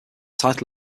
title